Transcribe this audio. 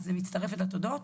אז מצטרפת לתודות.